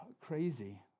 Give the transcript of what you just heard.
crazy